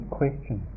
question